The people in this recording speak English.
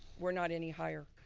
we're not any higher.